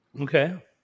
Okay